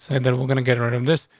say that we're gonna get rid of this.